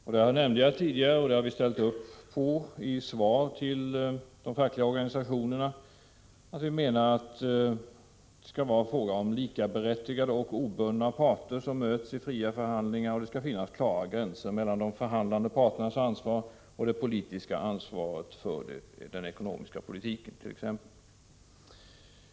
Jag nämnde tidigare att vi menar — och det har vi framhållit i svar till de fackliga organisationerna — att det skall vara fråga om likaberättigade och obundna parter som möts i fria förhandlingar, och att det skall finnas klara gränser mellan de förhandlande parternas ansvar och det politiska ansvaret för den ekonomiska politiken.